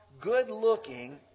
good-looking